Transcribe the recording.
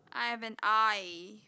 I have an eye